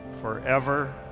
forever